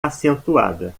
acentuada